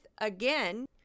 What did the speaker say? again